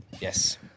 Yes